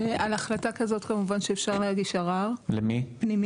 על החלטה כזאת, כמובן שאפשר להגיש ערער פנימי.